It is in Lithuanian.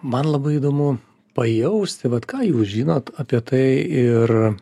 man labai įdomu pajausti vat ką jūs žinot apie tai ir